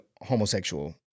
homosexual